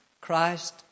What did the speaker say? Christ